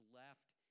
left